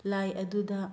ꯂꯥꯏ ꯑꯗꯨꯗ